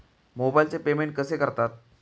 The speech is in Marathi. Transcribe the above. मोबाइलचे पेमेंट कसे करतात?